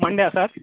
మండేనా sir